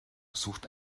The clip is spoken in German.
sucht